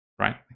right